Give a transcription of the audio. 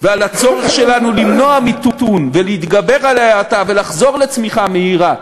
ועל הצורך שלנו למנוע מיתון ולהתגבר על ההאטה ולחזור לצמיחה מהירה,